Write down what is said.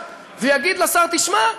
ויגיד לשר: תשמע,